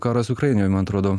karas ukrainioje man atrodo